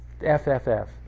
FFF